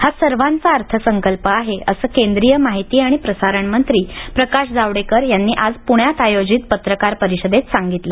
हा सर्वांचा अर्थसंकल्प आहे असं केंद्रीय माहिती आणि प्रसारण मंत्री प्रकाश जावडेकर यांनी आज पुण्यात आयोजित पत्रकार परिषदेत सांगितलं